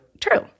true